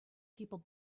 people